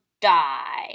die